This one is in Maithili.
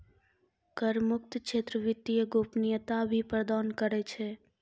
कर मुक्त क्षेत्र वित्तीय गोपनीयता भी प्रदान करै छै